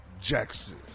Jackson